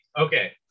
Okay